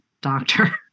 doctor